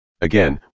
Again